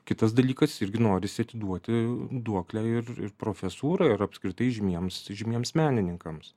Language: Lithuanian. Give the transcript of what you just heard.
kitas dalykas irgi norisi atiduoti duoklę ir ir profesūrai ir apskritai žymiems žymiems menininkams